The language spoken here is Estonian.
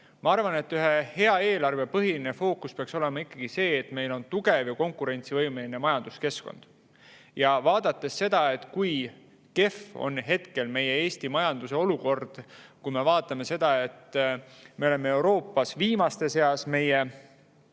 Ma arvan, et ühe hea eelarve põhiline fookus peaks olema ikkagi see, et meil on tugev ja konkurentsivõimeline majanduskeskkond. Kui me vaatame seda, kui kehv on Eesti majanduse olukord, kui me vaatame seda, et me oleme Euroopas viimaste seas – meie